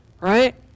right